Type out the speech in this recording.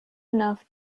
enough